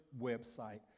website